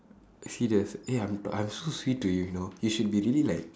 serious eh I'm I'm so sweet to you you know you should be really like